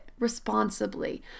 responsibly